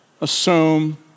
assume